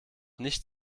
nicht